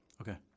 Okay